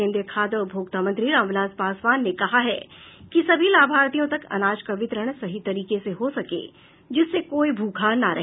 केंद्रीय खाद्य और उपभोक्ता मंत्री रामविलास पासवान ने कहा है कि सभी लाभार्थियों तक अनाज का वितरण सही तरीके से हो सके जिससे कोई भूखा न रहे